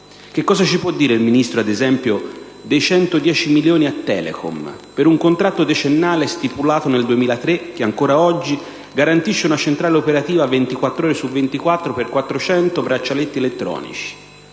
Che cosa ci può dire Ministro - ad esempio - dei 110 milioni a Telecom, per un contratto decennale stipulato nel 2003, che ancora oggi garantisce una centrale operativa 24 ore su 24 per 400 braccialetti elettronici